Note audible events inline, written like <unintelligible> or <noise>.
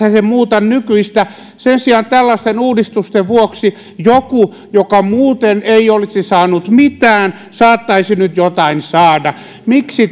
nämä muuta nykyistä sen sijaan tällaisten uudistusten vuoksi joku joka muuten ei olisi saanut mitään saattaisi nyt jotain saada miksi <unintelligible>